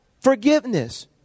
forgiveness